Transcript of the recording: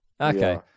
okay